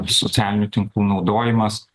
socialinių tinklų naudojimas